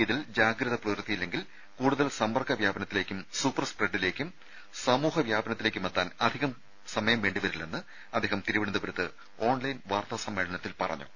ഇതിൽ ജാഗ്രത പുലർത്തിയില്ലെങ്കിൽ കൂടുതൽ സമ്പർക്ക വ്യാപനത്തിലേക്കും സൂപ്പർ സ്പ്രെഡിലേക്കും സമൂഹ വ്യാപനത്തിലേക്കുമെത്താൻ അധികം സമയം വേണ്ടിവരില്ലെന്ന് അദ്ദേഹം തിരുവനന്തപുരത്ത് ഓൺലൈൻ വാർത്താ സമ്മേളനത്തിൽ പറഞ്ഞു